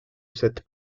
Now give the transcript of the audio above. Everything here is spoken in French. cette